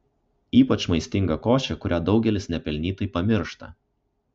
ypač maistinga košė kurią daugelis nepelnytai pamiršta